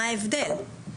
מה ההבדל?